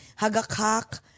Hagakak